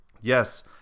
Yes